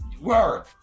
Word